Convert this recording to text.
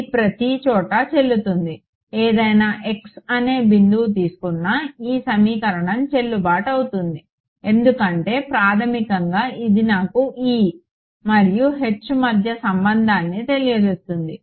ఇది ప్రతిచోటా చెల్లుతుంది ఏదైనా x అనే బిందువు తీసుకున్నా ఈ సమీకరణం చెల్లుబాటు అవుతుంది ఎందుకంటే ప్రాథమికంగా ఇది నాకు E మరియు H మధ్య సంబంధాన్ని తెలియజేస్తోంది